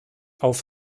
auf